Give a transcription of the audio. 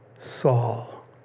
Saul